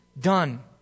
done